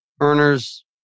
earners